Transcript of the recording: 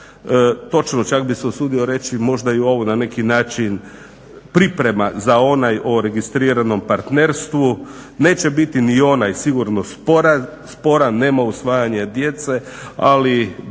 točno čak bi se usudio reći možda je ovo na neki način priprema za onaj o registriranom partnerstvu. Neće biti ni onaj sigurno sporan, nema usvajanja djece, ali